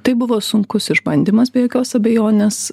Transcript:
tai buvo sunkus išbandymas be jokios abejonės